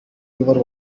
your